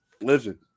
listen